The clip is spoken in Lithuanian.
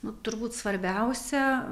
nu turbūt svarbiausia